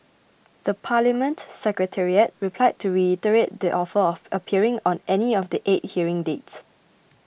the Parliament Secretariat replied to reiterate the offer of appearing on any of the eight hearing dates